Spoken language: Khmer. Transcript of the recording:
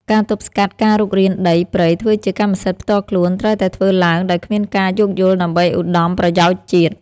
ការទប់ស្កាត់ការរុករានដីព្រៃធ្វើជាកម្មសិទ្ធិផ្ទាល់ខ្លួនត្រូវតែធ្វើឡើងដោយគ្មានការយោគយល់ដើម្បីឧត្តមប្រយោជន៍ជាតិ។